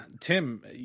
Tim